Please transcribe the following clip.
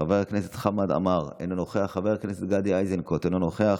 חבר הכנסת עופר כסיף, אינו נוכח,